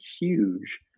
huge